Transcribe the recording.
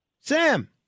Sam